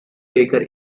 baker